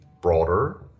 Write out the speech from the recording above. broader